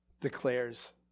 declares